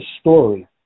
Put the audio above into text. story